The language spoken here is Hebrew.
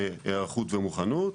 כהיערכות ומוכנות,